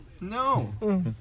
No